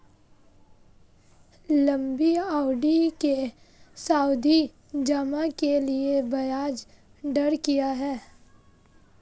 लंबी अवधि के सावधि जमा के लिए ब्याज दर क्या है?